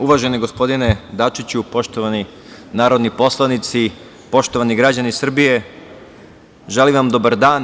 Uvaženi gospodine Dačiću, poštovani narodni poslanici, poštovani građani Srbije, želim vam dobar dan.